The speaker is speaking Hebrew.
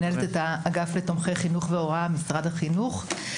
אני מנהלת את האגף לתומכי חינוך והוראה במשרד החינוך.